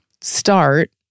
start